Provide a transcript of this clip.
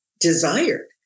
Desired